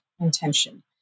intention